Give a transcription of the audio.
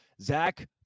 Zach